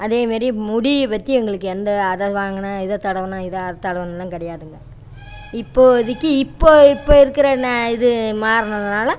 அதேமாரி முடியை பற்றி எங்களுக்கு எந்த அதை வாங்கின இதை தடவின இதை அறுத்து தடவுனேன்லாம் கிடையாதுங்க இப்போதைக்கு இப்போது இப்போ இருக்கிற ந இது மாறுனதுனால்